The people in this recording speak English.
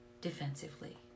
defensively